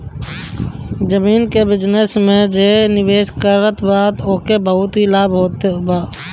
जमीन के बिजनस में जे निवेश करत बा ओके बहुते लाभ होत हवे